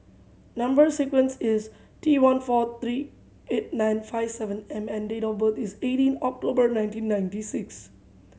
number sequence is T one four three eight nine five seven M and date of birth is eighteen October nineteen ninety six